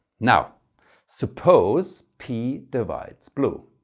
now suppose p divides blue.